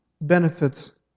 benefits